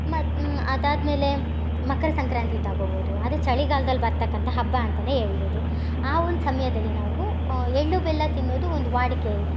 ಮತ್ತು ಅದಾದಮೇಲೆ ಮಕರ ಸಂಕ್ರಾಂತಿ ತಗೊಬೋದು ಅದು ಚಳಿಗಾಲ್ದಲ್ಲಿ ಬರ್ತಕ್ಕಂಥ ಹಬ್ಬ ಅಂತಾನೇ ಹೇಳ್ಬೋದು ಆ ಒಂದು ಸಮಯದಲ್ಲಿ ನಾವು ಎಳ್ಳು ಬೆಲ್ಲ ತಿನ್ನೋದು ಒಂದು ವಾಡಿಕೆ ಇದೆ